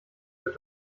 wird